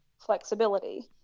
flexibility